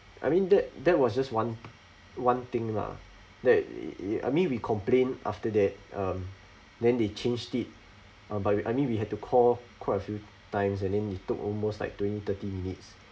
I mean that that was just one one thing lah that it it I mean we complained after that um then they changed it um but we I mean we had to call quite a few times and then it took almost like twenty thirty minutes